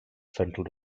central